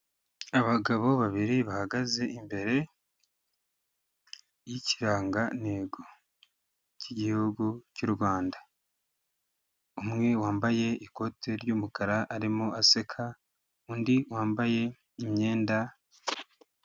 Abagabo babiri bahagaze imbere y'ikirangantego cy'igihugu cy'u Rwanda, umwe wambaye ikote ry'umukara arimo aseka undi wambaye imyenda.